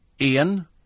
Ian